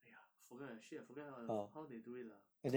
!aiya! forget lah shit I forgot how they how they do it lah